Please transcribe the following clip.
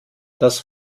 das